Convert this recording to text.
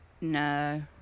No